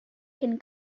can